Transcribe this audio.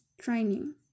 training